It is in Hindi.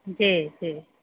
जी जी